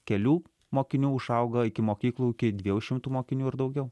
kelių mokinių užauga iki mokyklų iki dviejų šimtų mokinių ir daugiau